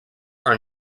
are